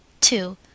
two